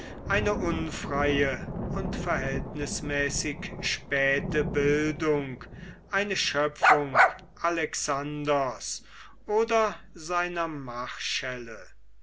eine unfreie und verhältnismäßig späte bildung eine schöpfung alexanders oder seiner